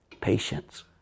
patience